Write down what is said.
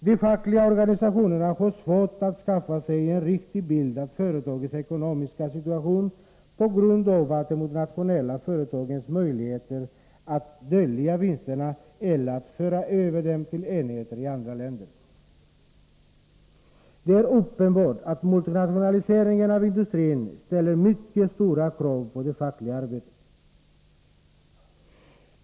De fackliga organisationerna får svårt att skaffa sig en riktig bild av företagets ekonomiska situation, på grund av de internationella företagens möjligheter att dölja vinsterna eller att föra över dem till enheter i andra länder. Det är uppenbart att multinationaliseringen av industrin ställer mycket stora krav på det fackliga arbetet.